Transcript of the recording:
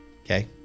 okay